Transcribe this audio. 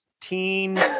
teen